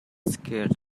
skirt